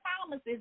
promises